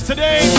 Today